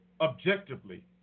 objectively